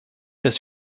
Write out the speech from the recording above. dass